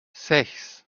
sechs